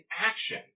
action